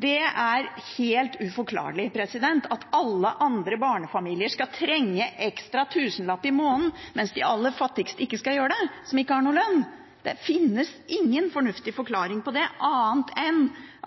Det er helt uforklarlig at alle andre barnefamilier skal trenge en ekstra tusenlapp i måneden, mens de aller fattigste, som ikke har noen lønn, ikke skal gjøre det. Det finnes ingen fornuftig forklaring på det, annet enn